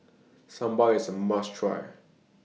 Sambar IS A must Try